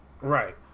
Right